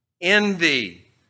envy